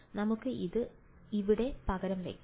നമുക്ക് ഇത് ഇവിടെ പകരം വയ്ക്കാം